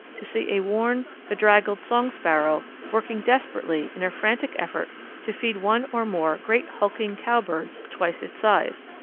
to see a worn, bedraggled song sparrow working desperately in a frantic effort to feed one or more great hulking cowbirds twice its size.